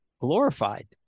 glorified